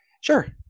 Sure